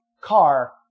car